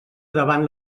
davant